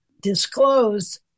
disclose